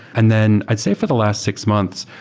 and then i'd say for the last six months,